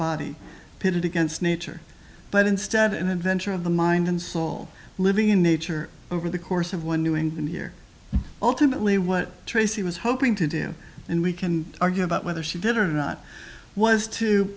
body pitted against nature but instead an adventure of the mind and soul living in nature over the course of one doing and here ultimately what tracy was hoping to do and we can argue about whether she did or not was to